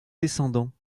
descendants